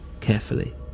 carefully